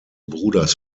bruders